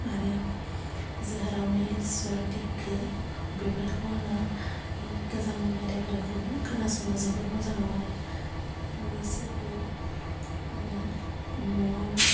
आरो जोहोलाव निलेस्वर देंखो बेफोरखौ आङो माने गोजाम मेथायफोरखौ खोनासंनो जोबोद मोजां मोनो बेफोरखौ आङो न'आवनो